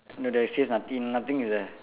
no there is says noth~ nothing is there